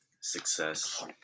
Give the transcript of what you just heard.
success